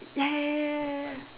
ya ya ya ya ya ya ya